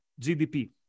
GDP